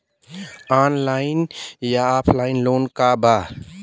Online या offline loan का बा?